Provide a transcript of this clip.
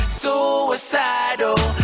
suicidal